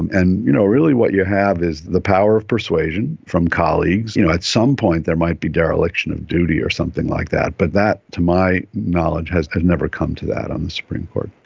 and and you know really what you have is the power of persuasion from colleagues. you know at some point there might be dereliction of duty or something like that, but that to my knowledge has never come to that on the supreme court.